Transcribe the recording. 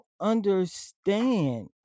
understand